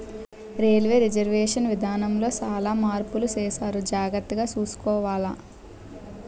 railway reservation విధానములో సాలా మార్పులు సేసారు జాగర్తగ సూసుకోవాల